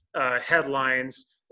headlines